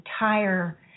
entire